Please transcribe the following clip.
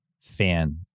fan